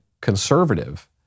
conservative